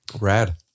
Rad